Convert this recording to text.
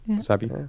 Sabi